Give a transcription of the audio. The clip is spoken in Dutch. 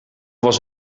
was